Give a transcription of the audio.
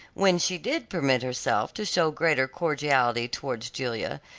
when she did permit herself to show greater cordiality towards julia,